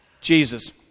Jesus